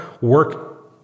work